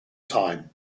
time